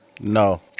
No